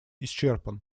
исчерпан